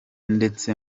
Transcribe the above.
ndetse